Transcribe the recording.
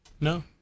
No